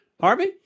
Harvey